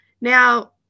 Now